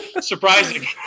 Surprising